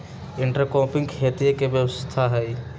intercropping खेतीया के व्यवस्था हई